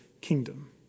kingdom